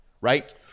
right